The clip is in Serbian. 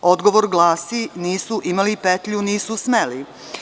Odgovor glasi, nisu imali petlju i nisu smeli.